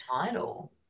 title